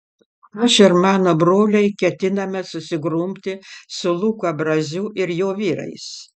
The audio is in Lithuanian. aš ir mano broliai ketiname susigrumti su luka braziu ir jo vyrais